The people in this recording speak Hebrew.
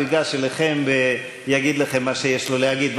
הוא ייגש אליכם ויגיד לכם מה שיש לו להגיד.